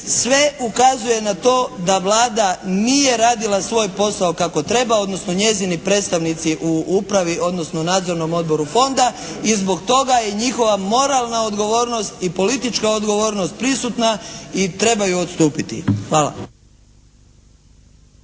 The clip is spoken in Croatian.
sve ukazuje na to da Vlada nije radila svoj posao kako treba, odnosno njezini predstavnici u upravi, odnosno Nadzornom odboru fonda i zbog toga je njihova moralna odgovornost i politička odgovornost prisutna i treba ju odstupiti.